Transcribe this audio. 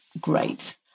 great